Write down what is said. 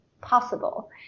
possible